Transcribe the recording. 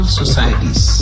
societies